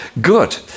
Good